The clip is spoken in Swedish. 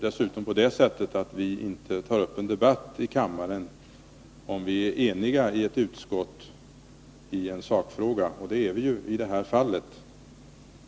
Dessutom tar vi inte upp en debatt i kammaren om vi är eniga i utskottet i en sakfråga, och det är vi ju i det här fallet.